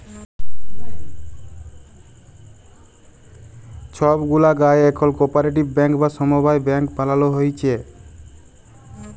ছব গুলা গায়েঁ এখল কপারেটিভ ব্যাংক বা সমবায় ব্যাংক বালালো হ্যয়েছে